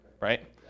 right